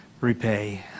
repay